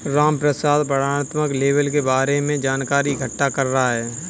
रामप्रसाद वर्णनात्मक लेबल के बारे में जानकारी इकट्ठा कर रहा है